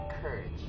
courage